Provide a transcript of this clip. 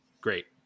Great